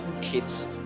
kids